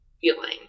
feeling